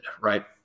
right